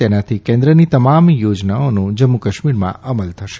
તેનાથી કેન્દ્રની તમામ યોનાઓનો જમ્મુ કાશ્મીરમાં અમલ થશે